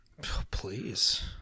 Please